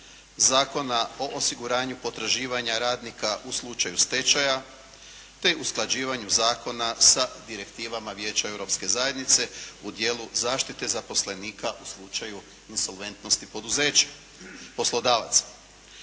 Zakona o osiguranju potraživanja radnika u slučaju stečaja te usklađivanju zakona sa direktivama Vijeća Europske zajednice u dijelu zaštite zaposlenika u slučaju insolventnosti poduzeća,